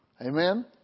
Amen